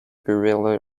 guerrilla